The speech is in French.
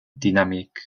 dynamique